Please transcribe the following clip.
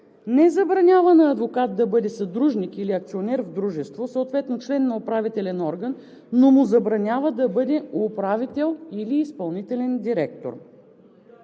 не забранява на адвокат да бъде съдружник или акционер в дружество, съответно член на управителен орган, но му забранява да бъде управител или изпълнителен директор.